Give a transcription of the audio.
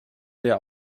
der